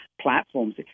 platforms